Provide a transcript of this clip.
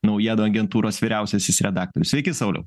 naujienų agentūros vyriausiasis redaktorius sveiki sauliau